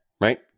right